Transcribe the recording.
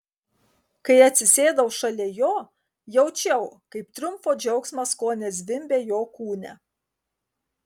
kai atsisėdau šalia jo jaučiau kaip triumfo džiaugsmas kone zvimbia jo kūne